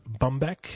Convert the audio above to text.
Bumbeck